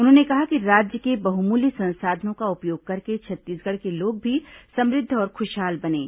उन्होंने कहा कि राज्य के बहुमूल्य संसाधनों का उपयोग करके छत्तीसगढ़ के लोग भी समृद्ध और खुशहाल बनें